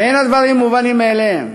ואין הדברים מובנים מאליהם,